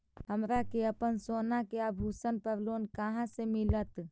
हमरा के अपना सोना के आभूषण पर लोन कहाँ से मिलत?